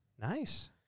Nice